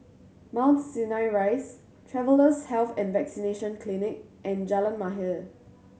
Mount Sinai Rise Travellers' Health and Vaccination Clinic and Jalan Mahir